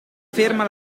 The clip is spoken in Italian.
ferma